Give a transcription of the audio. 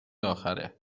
آخره